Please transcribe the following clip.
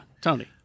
Tony